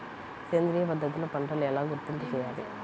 సేంద్రియ పద్ధతిలో పంటలు ఎలా గుర్తింపు చేయాలి?